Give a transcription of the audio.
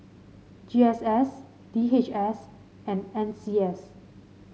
G S S D H S and N C S